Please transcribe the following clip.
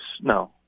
No